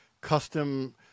custom